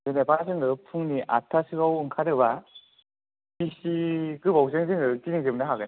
जेनोबा जोङो फुंनि आटतासोआव ओंखारोबा बिसि गोबावजों जोङो गिदिंजोबनो हागोन